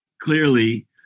clearly